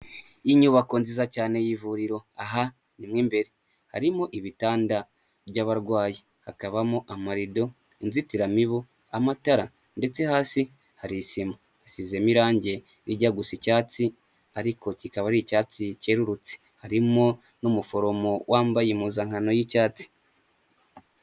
Inyubako nziza cyane y'ivuriro aha ni mu imbere, harimo ibitanda by'abarwayi, hakabamo amarido, inzitiramibu, amatara ndetse hasi hari isima, hasizemo irangi ijya gusa icyatsi ariko kikaba ari icyatsi cyerururutse, harimo n'umuforomo wambaye impuzankano y'icyatsi.